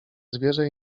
zwierzę